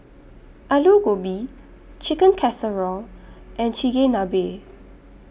Alu Gobi Chicken Casserole and Chigenabe